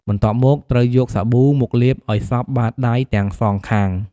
បន្ទាប់មក ត្រូវយកសាប៊ូ មកលាបឱ្យសព្វបាតដៃទាំងសងខាង។